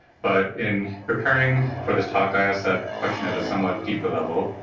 but in preparing for this talk, i ask that question at a somewhat deeper level.